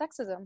sexism